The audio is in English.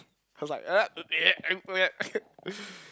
I was like uh don't eh mm eh